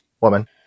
woman